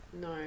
no